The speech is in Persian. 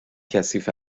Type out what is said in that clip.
کثیف